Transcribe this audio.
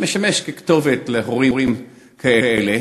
אני משמש כתובת להורים כאלה.